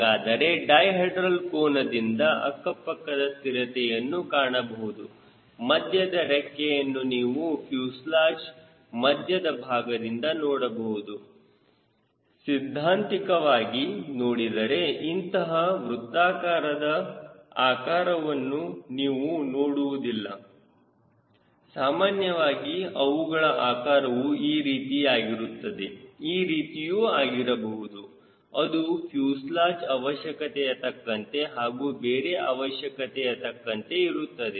ಹಾಗಾದರೆ ಡೈಹೆಡ್ರಲ್ ಕೋನದಿಂದ ಅಕ್ಕಪಕ್ಕದ ಸ್ಥಿರತೆಯನ್ನು ಕಾಣಬಹುದು ಮಧ್ಯದ ರೆಕ್ಕೆಯನ್ನು ನೀವು ಫ್ಯೂಸೆಲಾಜ್ ಮಧ್ಯದ ಭಾಗದಿಂದ ನೋಡಬಹುದು ಸಿದ್ಧಾಂತಿಕವಾಗಿ ನೋಡಿದರೆ ಇಂತಹ ವೃತ್ತಾಕಾರದ ಆಕಾರವನ್ನು ನೀವು ನೋಡುವುದಿಲ್ಲ ಸಾಮಾನ್ಯವಾಗಿ ಅವುಗಳ ಆಕಾರವೂ ಈ ರೀತಿಯಾಗಿರುತ್ತದೆ ಈ ರೀತಿಯು ಆಗಿರಬಹುದು ಅದು ಫ್ಯೂಸೆಲಾಜ್ ಅವಶ್ಯಕತೆಯ ತಕ್ಕಂತೆ ಹಾಗೂ ಬೇರೆ ಅವಶ್ಯಕತೆಯ ತಕ್ಕಂತೆ ಇರುತ್ತದೆ